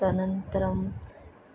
तदनन्तरं